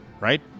right